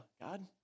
God